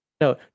no